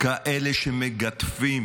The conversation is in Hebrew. כאלה שמגדפים